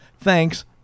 Thanks